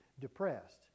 depressed